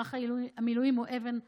מערך המילואים הוא אבן ראשה.